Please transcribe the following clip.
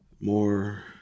more